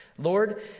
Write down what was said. Lord